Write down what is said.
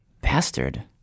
Bastard